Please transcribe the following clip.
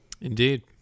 Indeed